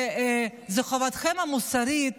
וזו חובתכם המוסרית